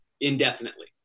indefinitely